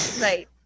Right